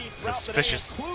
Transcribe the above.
suspicious